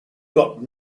got